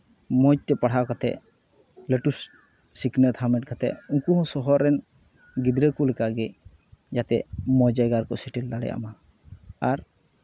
ᱢᱚᱡᱽ ᱛᱮ ᱯᱟᱲᱦᱟᱣ ᱠᱟᱛᱮ ᱞᱟᱹᱴᱩ ᱥᱤᱠᱷᱱᱟᱹᱛ ᱦᱟᱢᱮᱴ ᱠᱟᱛᱮ ᱩᱱᱠᱩ ᱦᱚᱸ ᱥᱚᱦᱚᱨ ᱨᱮᱱ ᱜᱤᱫᱽᱨᱟᱹ ᱠᱚ ᱞᱮᱠᱟ ᱜᱮ ᱡᱟᱛᱮ ᱚᱱᱱᱚ ᱡᱟᱭᱜᱟ ᱨᱮᱠᱚ ᱥᱮᱴᱮᱞ ᱫᱟᱲᱮᱭᱟᱜ ᱢᱟ ᱟᱨ